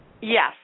Yes